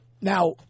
Now